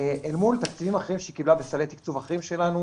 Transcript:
אל מול תקציבים אחרים שהיא קיבלה בסלי תקצוב אחרים שלנו